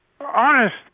honest